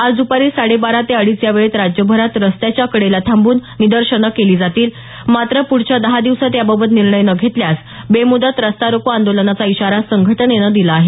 आज द्पारी साडे बारा ते अडीच या वेळेत राज्यभरात रस्त्याच्या कडेला थांबून निदर्शनं केली जातील मात्र पुढच्या दहा दिवसांत याबाबत निर्णय न घेतल्यास बेमुदत रस्ता रोको आंदोलनाचा इशारा संघटनेनं दिला आहे